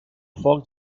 foc